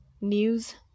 news